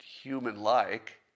human-like